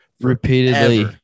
Repeatedly